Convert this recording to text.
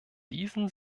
diesen